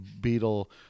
Beetle